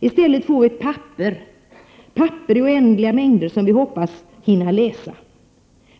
I stället får vi papper i oändliga mängder, som vi hoppas hinna läsa.